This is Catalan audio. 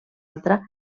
altra